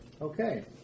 Okay